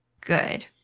good